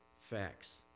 facts